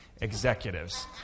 executives